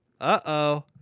Uh-oh